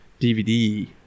dvd